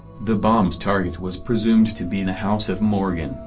the bomb's target was presumed to be the house of morgan,